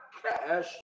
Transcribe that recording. cash